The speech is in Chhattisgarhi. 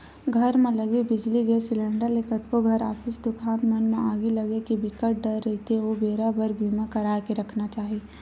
घर म लगे बिजली, गेस सिलेंडर ले कतको घर, ऑफिस, दुकान मन म आगी लगे के बिकट डर रहिथे ओ बेरा बर बीमा करा के रखना चाही